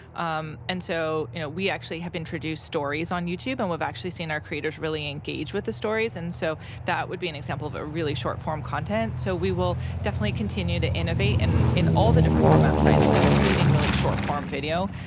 um and so, you know, we actually have introduced stories on youtube, and we've actually seen our creators really engage with the stories. and so that would be an example of ah really short form content. so we will definitely continue to innovate and in all the different format sizes, including really short form video,